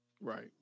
Right